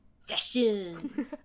Fashion